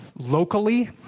Locally